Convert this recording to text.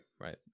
right